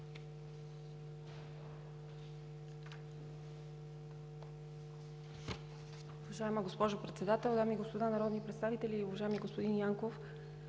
Уважаема госпожо председател, дами и господа народни представители, уважаеми господин